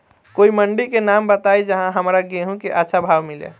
कोई मंडी के नाम बताई जहां हमरा गेहूं के अच्छा भाव मिले?